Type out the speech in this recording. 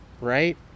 right